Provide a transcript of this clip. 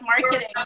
marketing